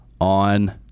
on